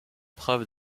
preuve